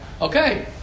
Okay